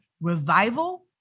revival